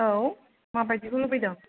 औ माबादिखौ लुबैदों